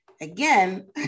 Again